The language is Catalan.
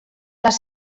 les